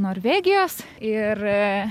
norvegijos ir